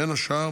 בין השאר